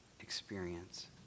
experience